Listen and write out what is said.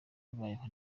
babayeho